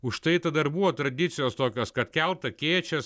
užtai tada ir buvo tradicijos tokios kad kelt akėčias